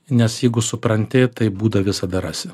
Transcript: nes jeigu supranti tai būdą visada rasi